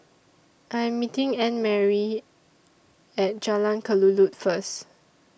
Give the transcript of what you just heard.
I Am meeting Annmarie At Jalan Kelulut First